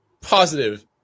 positive